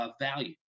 value